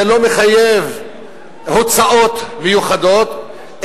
זה לא מחייב הוצאות מיוחדות,